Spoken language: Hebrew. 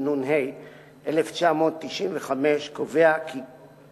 להכנתה לקריאה שנייה ולקריאה שלישית.